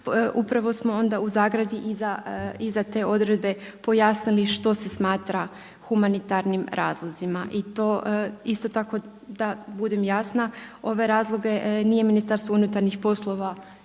upravo smo onda u zagradi i za te odredbe pojasnili što se smatra humanitarnim razlozima. I to isto tako da budem jasna ove razloge nije Ministarstvo unutarnjih poslova